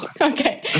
Okay